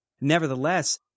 nevertheless